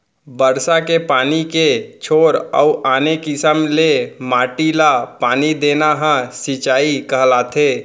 बरसा के पानी के छोर अउ आने किसम ले माटी ल पानी देना ह सिंचई कहलाथे